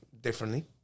differently